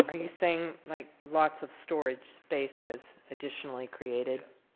ah but you saying like lots of storage space was additionally created?